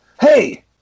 hey